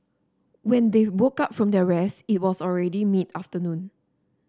when they woke up from their rest it was already mid afternoon